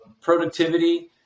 productivity